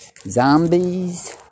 Zombies